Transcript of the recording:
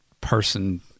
person